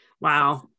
Wow